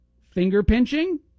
finger-pinching